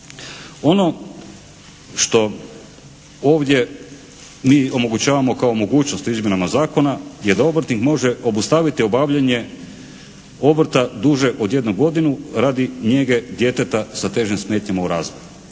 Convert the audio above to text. Ono što ovdje mi omogućavamo kao mogućnost u izmjenama zakona je da obrtnik može obustaviti obavljanje obrta duže od jednu godinu radi njege djeteta sa težim smetnjama u razvoju.